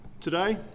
Today